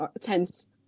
tense